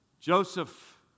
Joseph